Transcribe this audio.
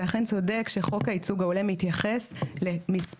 אתה אכן צודק שחוק הייצוג ההולם מתייחס למספר